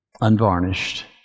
Unvarnished